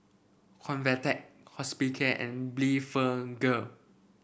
Convatec Hospicare and Blephagel